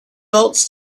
votes